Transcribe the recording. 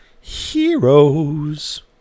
heroes